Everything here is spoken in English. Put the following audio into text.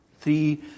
three